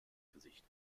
gesicht